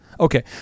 Okay